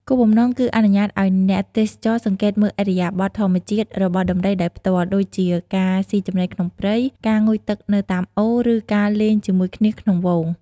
គោលបំណងគឺអនុញ្ញាតឲ្យអ្នកទេសចរ សង្កេតមើលឥរិយាបថធម្មជាតិ របស់ដំរីដោយផ្ទាល់ ដូចជាការ ស៊ីចំណីក្នុងព្រៃ ការងូតទឹកនៅតាមអូរ ឬការលេងជាមួយគ្នាក្នុងហ្វូង។